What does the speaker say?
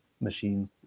machine